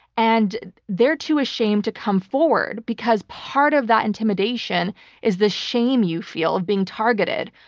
and they're too ashamed to come forward because part of that intimidation is the shame you feel of being targeted,